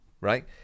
right